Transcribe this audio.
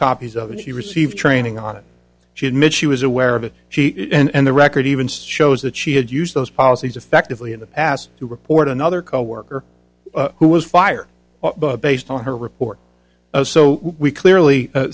copies of it she received training on it she admits she was aware of it she and the record even that she had used those policies effectively in the past to report another coworker who was fired based on her report so we clearly